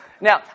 Now